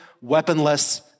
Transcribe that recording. weaponless